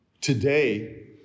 Today